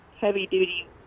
heavy-duty